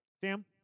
Sam